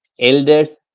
elders